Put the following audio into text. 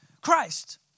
Christ